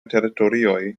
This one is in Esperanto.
teritorioj